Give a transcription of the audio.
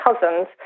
cousins